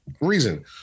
reason